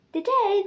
Today